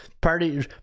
party